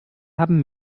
haben